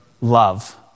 love